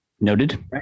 noted